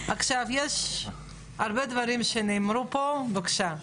יש הרבה שנאמרו פה, בבקשה.